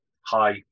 hi